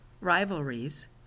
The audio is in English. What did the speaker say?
rivalries